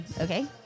okay